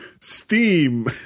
steam